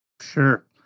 Sure